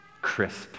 Crisp